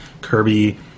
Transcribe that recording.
Kirby